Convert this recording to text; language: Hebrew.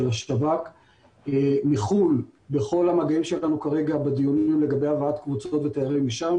בכל המגעים שלנו בדיונים לגבי הבאת תיירים וגם